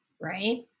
right